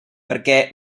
perquè